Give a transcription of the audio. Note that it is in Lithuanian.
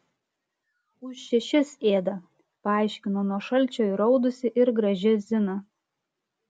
už šešis ėda paaiškino nuo šalčio įraudusi ir graži zina